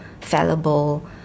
fallible